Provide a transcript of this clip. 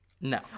No